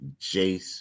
Jace